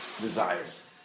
desires